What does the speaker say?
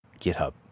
GitHub